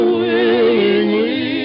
willingly